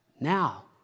Now